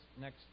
next